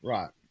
Right